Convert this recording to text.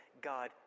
God